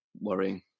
worrying